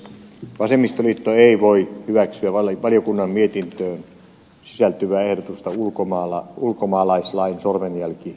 vasemmistoliitto ei voi hyväksyä valiokunnan mietintöön sisältyvää ehdotusta ulkomaalaislain sormenjälkirekisteristä